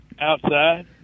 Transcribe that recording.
Outside